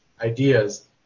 ideas